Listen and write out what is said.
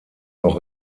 noch